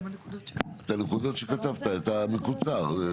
את הנקודות שכתבת, את המקוצר.